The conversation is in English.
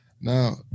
now